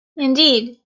indeed